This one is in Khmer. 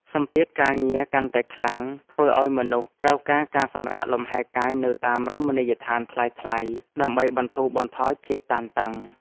សម្ពាធការងារកាន់តែខ្លាំងធ្វើឱ្យមនុស្សត្រូវការការសម្រាកលំហែកាយនៅតាមរមណីយដ្ឋានថ្លៃៗ ដើម្បីបន្ធូរបន្ថយភាពតានតឹង។